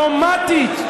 אוטומטית.